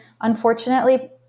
unfortunately